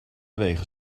wegen